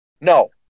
No